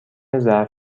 ظرف